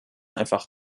einfach